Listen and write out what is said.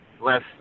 less